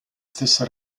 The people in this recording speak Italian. stessa